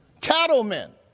cattlemen